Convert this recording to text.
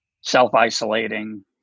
self-isolating